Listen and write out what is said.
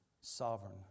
sovereign